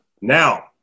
Now